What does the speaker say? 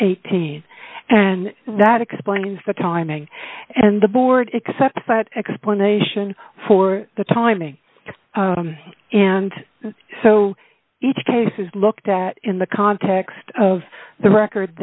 eighteen and that explains the timing and the board except that explanation for the timing and so each case is looked at in the context of the record